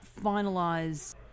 finalize